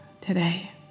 today